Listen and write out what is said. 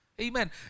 Amen